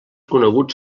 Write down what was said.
coneguts